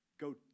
go